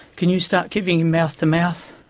can you start giving mouth-to-mouth?